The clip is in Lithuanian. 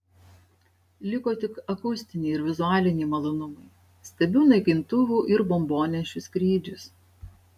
liko tik akustiniai ir vizualiniai malonumai stebiu naikintuvų ir bombonešių skrydžius